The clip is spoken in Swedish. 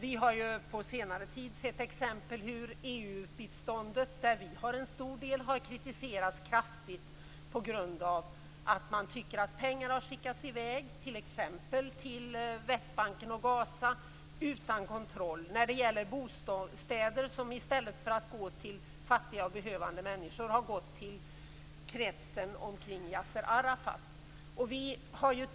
Vi har under senare tid sett exempel på hur EU-biståndet har kritiserats kraftigt på grund av att pengar har skickats i väg t.ex. till Västbanken och Gaza utan kontroll. I stället för att gå till bostäder för fattiga och behövande människor har pengarna gått till bostäder för kretsen kring Yassir Arafat.